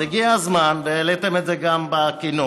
אז הגיע הזמן, והעליתם את זה גם בכינוס,